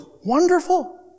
wonderful